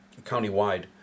countywide